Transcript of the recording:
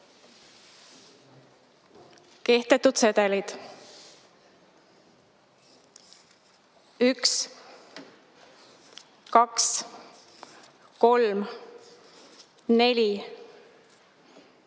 Kehtetud sedelid: 1, 2, 3, 4, 5, 6, 7, 8, 9, 10,